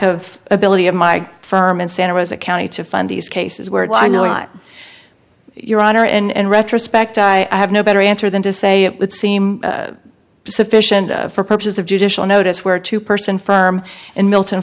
of ability of my firm in santa rosa county to find these cases where i know i'm your honor and retrospect i have no better answer than to say it would seem sufficient for purposes of judicial notice where two person firm in milton